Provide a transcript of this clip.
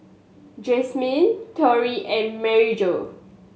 Jasmyne Torry and Maryjo